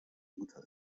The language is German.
mutter